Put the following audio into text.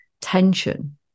tension